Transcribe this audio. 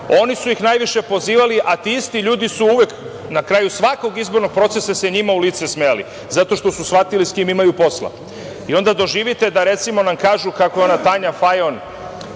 oni su ih najviše pozivali, a ti isti ljudi su uvek na kraju svakog izbornog procesa se njima u lice smejali. Zato što su shvatili sa kime imaju posla. Onda doživite da nam kažu kako je ona Tanja Fajon